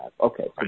Okay